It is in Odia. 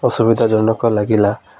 ଅସୁବିଧାଜନକ ଲାଗିଲା